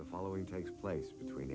the following takes place